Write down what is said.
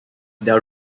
del